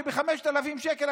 שב-5,000 שקלים,